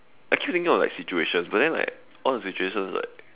I keep thinking of like situations but then like all the situations like